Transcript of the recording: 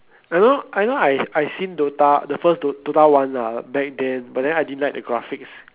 I know I know I I seen dota the first do~ dota one lah back then but then I didn't like the graphics